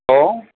hello